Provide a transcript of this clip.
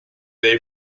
dei